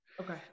okay